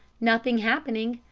nothing happening,